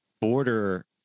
border